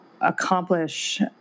accomplish